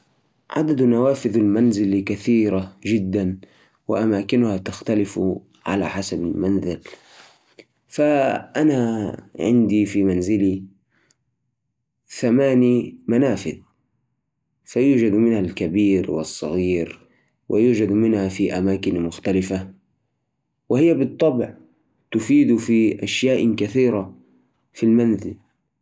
في المكان اللي اعيش فيه عندي حوالي ست نوافذ. هالنوافذ تسمح بدخول الضوء الطبيعي تخلي المكان منور كمان أحب افتحها عشان استمتع بالهواء النقي وجود النوافذ يعطيني احساس بالإنفتاح.